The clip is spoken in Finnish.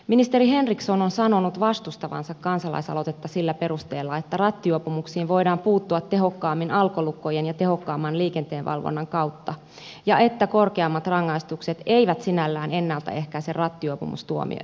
ministeri henriksson on sanonut vastustavansa kansalaisaloitetta sillä perusteella että rattijuopumuksiin voidaan puuttua tehokkaammin alkolukkojen ja tehokkaamman liikenteenvalvonnan kautta ja että korkeammat rangaistukset eivät sinällään ennalta ehkäise rattijuopumusta